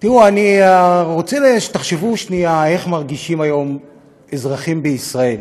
אני רוצה שתחשבו שנייה איך מרגישים היום אזרחים בישראל,